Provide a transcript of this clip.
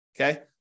Okay